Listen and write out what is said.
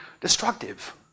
destructive